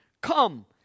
Come